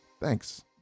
Thanks